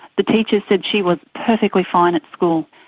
the teachers said she was perfectly fine at school.